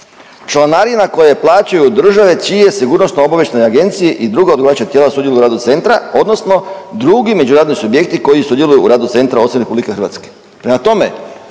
članarina koje plaćaju države čije sigurnosno-obavještajne agencije i druga odgovarajuća tijela sudjeluju u radu centra, odnosno drugi međunarodni subjekti koji sudjeluju u radu centra osim Republike Hrvatske.